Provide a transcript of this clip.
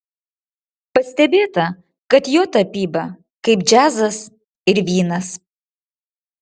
pastebėta kad jo tapyba kaip džiazas ir vynas